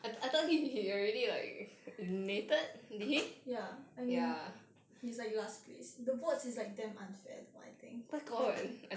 ya I mean he's like last place the votes is like damn unfair though I think